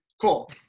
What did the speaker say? cool